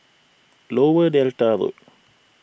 Lower Delta Road